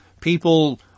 People